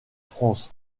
france